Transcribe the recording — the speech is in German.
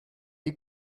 wie